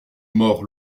mord